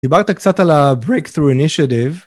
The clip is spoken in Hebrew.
דיברת קצת על הבריק טרו אינישטיב